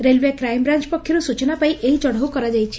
railway crime branch ପକ୍ଷରୁ ସୂଚନା ପାଇ ଏହି ଚଢ଼ଉ କରାଯାଇଛି